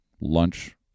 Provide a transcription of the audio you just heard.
lunch